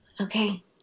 Okay